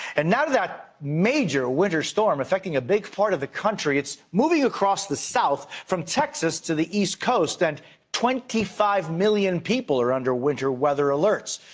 and gt now to that major winter storm, affecting a big part of the country. it's moving across the south from texas to the east coast. and twenty five million people are under winter weather alerts.